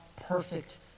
perfect